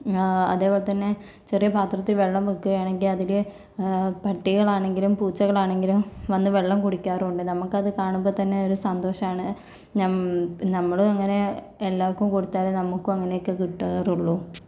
അതേപോലെ തന്നെ ചെറിയ പാത്രത്തിൽ വെള്ളം വെക്കുകയാണെങ്കിൽ അതില് പട്ടികളാണെങ്കിലും പൂച്ചകളാണെങ്കിലും വന്ന് വെള്ളം കുടിക്കാറുണ്ട് നമുക്കത് കാണുമ്പോ തന്നെ ഒരു സന്തോഷാണ് നം നമ്മളും അങ്ങനെ എല്ലാവർക്കും കൊടുത്താലേ നമ്മക്കും അങ്ങനെ കിട്ടാറൊള്ളൂ